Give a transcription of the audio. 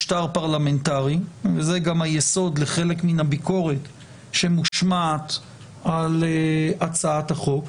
וזה גם היסוד לחלק מן הביקורת שמושמעת על הצעת החוק,